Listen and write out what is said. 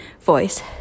voice